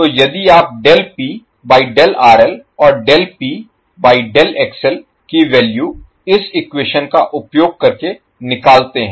तो यदि आप del P by del RL और del P by del XL की वैल्यू इस इक्वेशन का उपयोग करके निकालते हैं